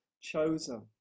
chosen